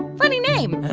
funny name